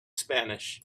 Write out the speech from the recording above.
spanish